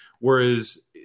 whereas